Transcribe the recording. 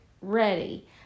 ready